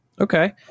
Okay